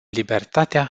libertatea